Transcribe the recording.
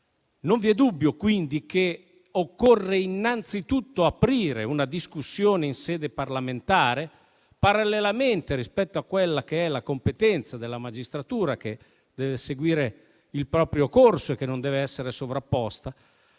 Non vi è dubbio, quindi, che occorra innanzi tutto aprire una discussione in sede parlamentare, parallelamente rispetto alla competenza della magistratura, che deve seguire il proprio corso e non deve essere sovrapposta.